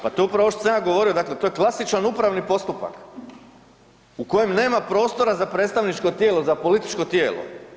Pa to je upravo ovo što sam ja govorio, dakle to je klasičan upravni postupak u kojem nema prostora za predstavničko tijelo, za političko tijelo.